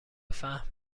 فهم